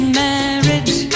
marriage